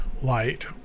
light